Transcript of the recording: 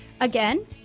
Again